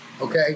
okay